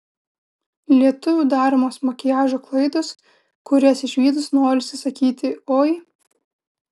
lietuvių daromos makiažo klaidos kurias išvydus norisi sakyti oi